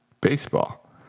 baseball